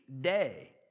day